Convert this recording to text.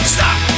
Stop